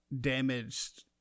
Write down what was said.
damaged